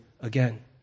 again